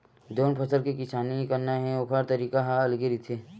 जउन फसल के किसानी करना हे ओखर तरीका ह अलगे रहिथे